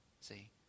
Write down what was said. See